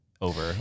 Over